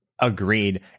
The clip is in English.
Agreed